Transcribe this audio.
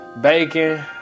bacon